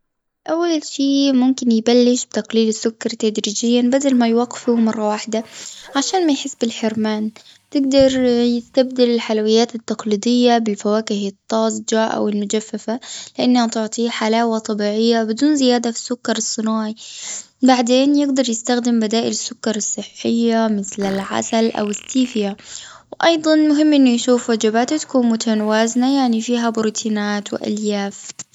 أول شيء ممكن يبلش بتقليل السكر تدريجيا بدل ما يوقفه مرة واحدة عشان ما يحس بالحرمان تقدر يستبدل الحلويات التقليدية بفواكة الطازجة أو المجففة لأنها تعطية حلاوة طبيعية بدون زيادة في السكر الصناعي. بعدين يقدر يستخدم بدائل السكر الصحية مثل العسل او إستيفيا. وأيضا مهم أنه يشوف وجباتة تكون متوازنة يعني فيها بروتينات وألياف.